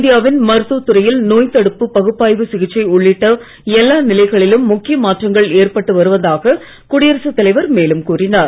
இந்தியாவின் மருத்துவ துறையில் நோய்த் தடுப்பு பகுப்பாய்வு சிகிச்சை உள்ளிட்ட எல்லா நிலைகளிலும் முக்கிய மாற்றங்கள் ஏற்பட்டு வருவதாக குடியரசுத் தலைவர் மேலும் கூறினார்